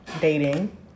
Dating